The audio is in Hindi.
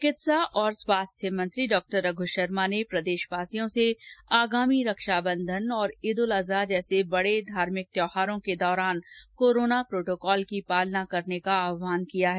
चिकित्सा और स्वास्थ्य मंत्री डॉ रघ् शर्मा ने प्रदेशवासियों से आगामी रक्षाबंधन ओर ईद उल अजहा जैसे बड़े धार्मिक त्योहारों के दौरान कोर्रोना प्रोटोकॉल की पालना करने का आहवान किया है